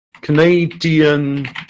Canadian